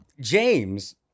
James